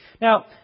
Now